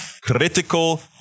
critical